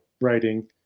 writing